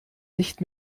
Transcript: nicht